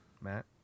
Matt